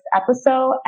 episode